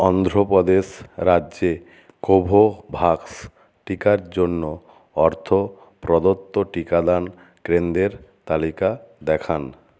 অন্ধ্র প্রদেশ রাজ্যে কোভোভাক্স টিকার জন্য অর্থ প্রদত্ত টিকাদান কেন্দ্রের তালিকা দেখান